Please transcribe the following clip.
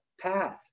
path